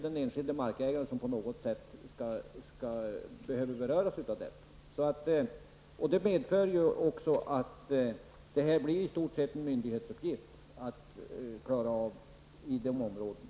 Den enskilde markägaren behöver alltså inte på något sätt beröras av detta, utan det blir i stort sett en uppgift för myndigheterna att klara av i de här områdena.